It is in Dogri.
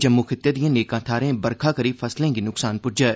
जम्मू खित्ते दियें नेकां थाहरें बरखा करि फसलें गी न्क्सान प्ज्जा ऐ